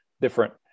different